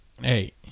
hey